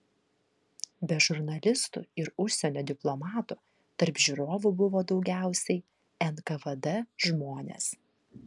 be žurnalistų ir užsienio diplomatų tarp žiūrovų buvo daugiausiai nkvd žmonės